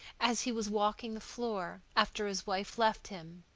as he was walking the floor, after his wife left him.